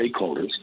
stakeholders